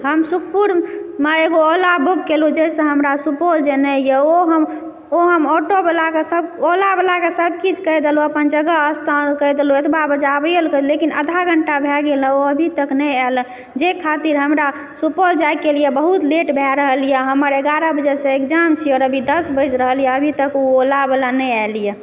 हम सुखपुरमे एकटा ओला बुक केलहुँ जहिसँ हमरा सुपौल जेनाइ अइ ओइ ओलाबलाके हम सब किछु कहि देलहुँ अपन जगह स्थान सब किछु कहि देलहुँ एतबा बजे आबए ला कहि देलहुँ आधा घण्टा भए गेला ओ अभी तक नहि ऐला ताहि खातिर हमरा सुपौल जाइके लेल बहुत लेट भए रहल अइ हमर एगारह बजेसँ एग्जाम छै आ अभी दश बाजि रहल अइ अभी तक ओ ओला नहि आएल अइ